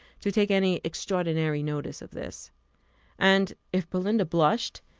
to take any extraordinary notice of this and if belinda blushed,